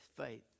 faith